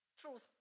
truth